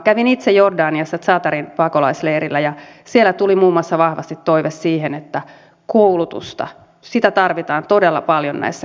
kävin itse jordaniassa zaatarin pakolaisleirillä ja siellä tuli muun muassa vahvasti toive siihen että koulutusta tarvitaan todella paljon näissä kriisitilanteissa